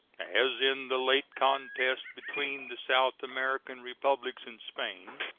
as in the late contest between the south american republics and spain,